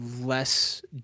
less